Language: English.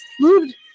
moved